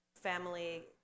family